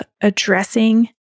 addressing